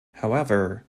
however